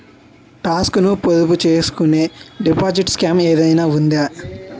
Talks ను పొదుపు చేసుకునే డిపాజిట్ స్కీం ఏదైనా ఉందా?